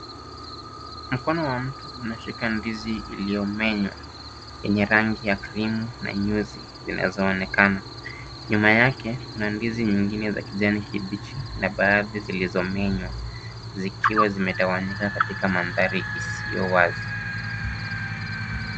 Mkono wa mtu umeshika ndizi uliomenywa yenye rangi ya krimu na nyuzi zinazoonekana. Nyuma yake kuna ndizi nyingine za kijani kibichi na baadhi zilizomenywa zikiwa zimetawanyika katika mandhari isiyo wazi.